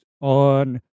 on